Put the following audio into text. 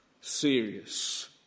serious